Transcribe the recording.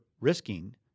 risking